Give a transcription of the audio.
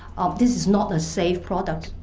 ah this is not a safe product.